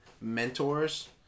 mentors